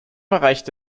erreichte